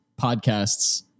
podcasts